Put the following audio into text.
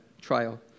trial